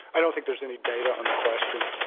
i don't think there's any data on the question.